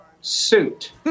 suit